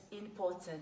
important